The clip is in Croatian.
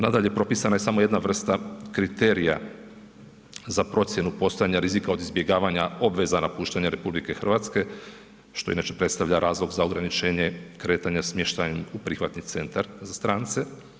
Nadalje, propisana je samo jedna vrsta kriterija za procjenu postojanja rizika od izbjegavanja obveza napuštanja RH, što inače predstavlja razlog za ograničenje kretanja smještajem u prihvatni centar za strance.